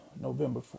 November